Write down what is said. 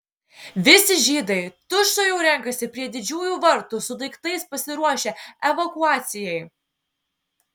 visi žydai tučtuojau renkasi prie didžiųjų vartų su daiktais pasiruošę evakuacijai